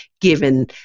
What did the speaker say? given